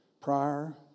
prior